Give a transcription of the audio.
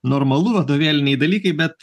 normalu vadovėliniai dalykai bet